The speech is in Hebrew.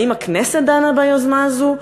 האם הכנסת דנה ביוזמה הזאת,